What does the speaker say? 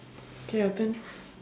okay your turn